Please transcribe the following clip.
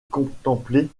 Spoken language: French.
contempler